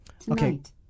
Tonight